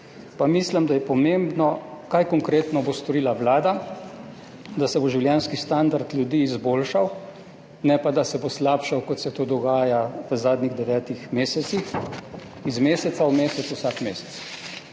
pa mislim, da je to, kaj konkretno bo storila Vlada, da se bo življenjski standard ljudi izboljšal, ne pa da se bo slabšal, kot se to dogaja v zadnjih devetih mesecih, iz meseca v mesec, vsak mesec.